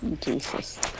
Jesus